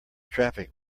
traffic